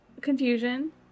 Confusion